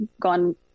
gone